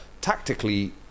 tactically